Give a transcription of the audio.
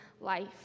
life